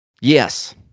Yes